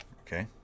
okay